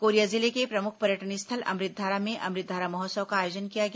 Korea जिले के प्रमुख पर्यटन स्थल अमृतधारा में अमृतधारा महोत्सव का आयोजन किया गया